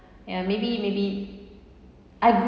ya maybe maybe I